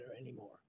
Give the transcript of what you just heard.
anymore